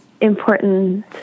important